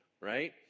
right